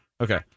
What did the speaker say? Okay